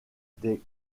des